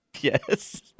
Yes